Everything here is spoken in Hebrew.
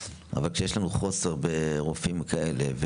אבל כשיש לנו חוסר ברופאים כאלה,